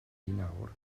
nawr